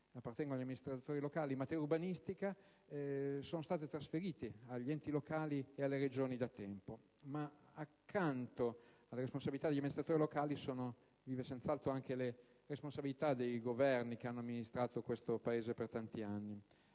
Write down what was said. appartengono agli amministratori locali in materia urbanistica sono da tempo state trasferite agli enti locali e alle Regioni. Accanto alle responsabilità degli amministratori locali sono vive senz'altro anche le responsabilità dei Governi che hanno amministrato il nostro Paese per tanti anni.